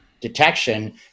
detection